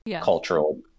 cultural